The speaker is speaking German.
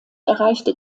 erreichte